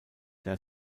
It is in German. der